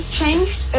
changed